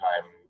time